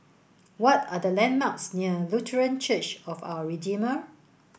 what are the landmarks near Lutheran Church of Our Redeemer